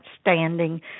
standing